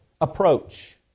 approach